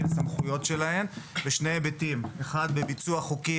הסמכויות שלהן בשני היבטים: אחד הוא ביצוע חוקים,